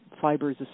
fibers